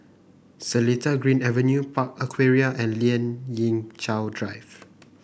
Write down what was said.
Seletar Green Avenue Park Aquaria and Lien Ying Chow Drive